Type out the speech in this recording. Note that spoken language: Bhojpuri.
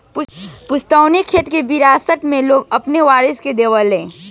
पुस्तैनी खेत के विरासत मे लोग आपन वारिस के देवे ला